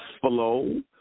flow